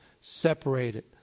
separated